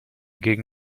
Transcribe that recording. gegen